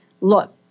look